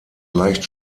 leicht